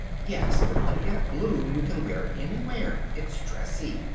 yes, but if you get a blue you can wear it anywhere. it's dressy,